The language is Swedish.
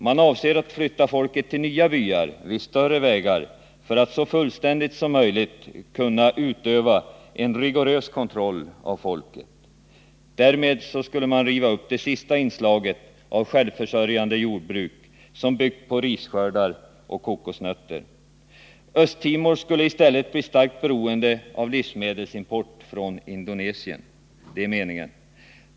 Man avser att flytta folket till nya byar vid större vägar för att så fullständigt som möjligt kunna utöva en rigorös kontroll av det. Därmed skulle man riva upp det sista inslaget av självförsörjande jordbruk, som byggt på risskördar och kokosnötter. Östtimor skulle i stället bli starkt beroende av livsmedelsimport från Indonesien.